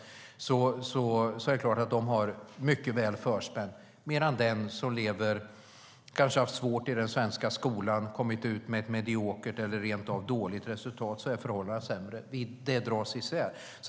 Det är klart att dessa människor har det mycket väl förspänt, medan förhållandena för dem som kanske har haft det svårt i den svenska skolan och kommit ut med ett mediokert eller rent av dåligt resultat är sämre. Det dras isär.